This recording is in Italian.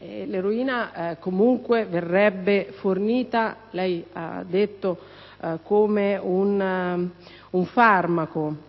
L'eroina comunque verrebbe fornita, lei ha detto, come un farmaco.